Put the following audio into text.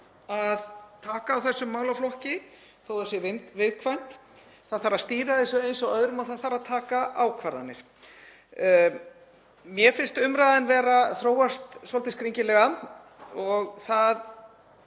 að taka á þessum málaflokki þótt það sé viðkvæmt. Það þarf að stýra þessu eins og öðru og það þarf að taka ákvarðanir. Mér finnst umræðan vera að þróast svolítið skringilega. Hún